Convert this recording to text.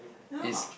ya